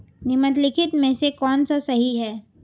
निम्नलिखित में से कौन सा सही है?